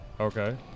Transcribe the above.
Okay